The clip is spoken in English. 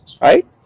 right